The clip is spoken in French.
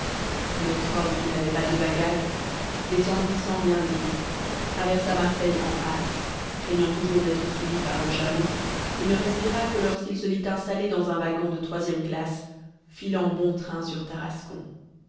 notre homme qui n'avait pas de bagages descendit sans rien dire traversa marseille en hâte craignant toujours d'être suivi par le chameau et ne respira que lorsqu'il se vit installé dans un wagon de troisième classe filant bon train sur tarascon